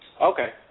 Okay